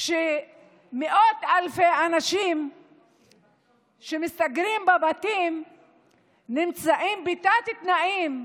שמאות אלפי אנשים שמסתגרים בבתים נמצאים בתת תנאים,